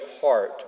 heart